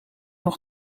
nog